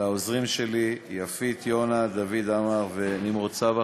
לעוזרים שלי יפית יונה, דוד עמר ונמרוד סבח.